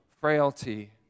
frailty